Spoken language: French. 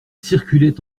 circulaient